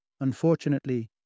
Unfortunately